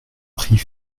prix